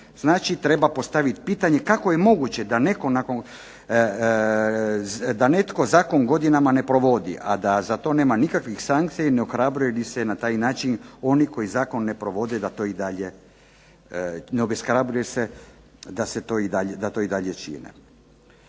znači treba postaviti pitanje kako je moguće da netko zakon godinama ne provodi, a da za to nema nikakvih sankcija i ne ohrabruje li se na taj način oni koji zakon ne provode da to i dalje, ne obeshrabruje se da to i dalje čine.